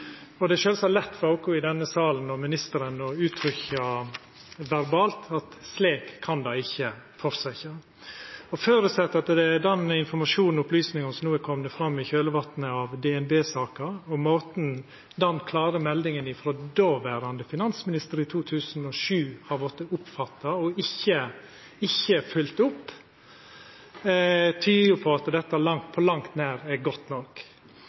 Det er sjølvsagt lett for oss i denne salen og for ministeren å uttrykkja verbalt at slik kan det ikkje fortsetja. Den informasjonen og dei opplysningane som no er komne fram i kjølvatnet av DNB-saka, og måten den klåre meldinga frå dåverande finansminister i 2007 har vorte oppfatta på og ikkje følgd opp, tyder på at dette på langt nær er godt nok.